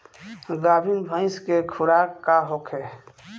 गाभिन भैंस के खुराक का होखे?